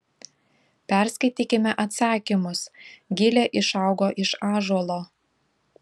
perskaitykime atsakymus gilė išaugo iš ąžuolo